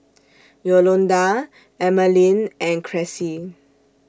Yolonda Emaline and Cressie